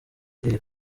iri